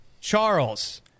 Charles